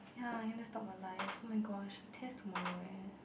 ya he need stop a life oh my gosh test tomorrow eh